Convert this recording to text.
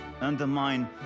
undermine